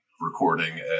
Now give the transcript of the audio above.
recording